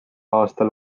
aastal